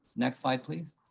next slide, please.